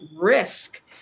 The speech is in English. risk